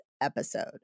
episode